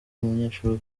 umunyeshuri